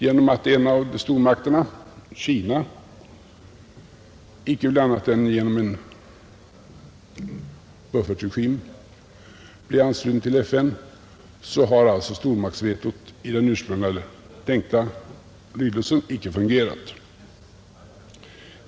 Genom att en av stormakterna, Kina, inte annat än genom en buffertregim blev ansluten till FN har stormaktsvetot i den ursprungliga enkla lydelsen icke fungerat.